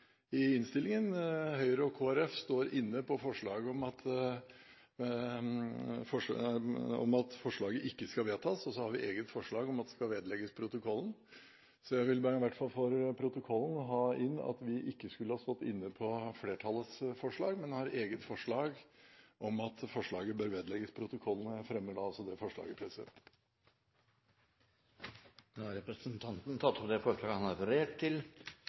i innstillingen. Høyre og Kristelig Folkeparti står inne for at forslaget ikke skal vedtas. Men vi har et eget forslag om at det skal vedlegges protokollen. Så jeg vil i hvert fall for protokollen ha inn at vi ikke skulle ha stått inne på flertallets forslag, men at vi har et eget forslag om at forslaget bør vedlegges protokollen. Jeg fremmer da det forslaget. Representanten Gunnar Gundersen har tatt opp det forslaget han refererte til.